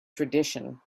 tradition